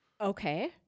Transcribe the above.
Okay